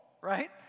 right